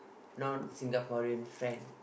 non Singaporean friend